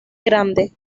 grande